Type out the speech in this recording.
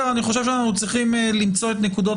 אני חושב שאנחנו צריכים למצוא את נקודות